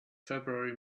february